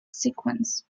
sequence